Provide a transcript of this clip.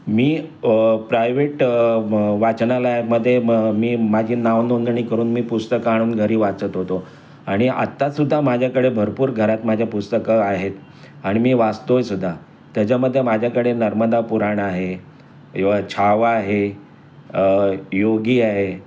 मी private म वाचनालयामध्ये म मी माझी नावनोंदणी करून मी पुस्तकं आणून घरी वाचत होतो आणि आत्तासुद्धा माझ्याकडे भरपूर घरात माझ्या पुस्तकं आहेत आणि मी वाचतो आहे सुद्धा त्याच्यामध्ये माझ्याकडे नर्मदा पुराण आहे योवा छावा आहे योगी आहे